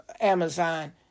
Amazon